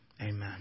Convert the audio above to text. Amen